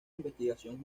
investigación